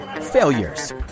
failures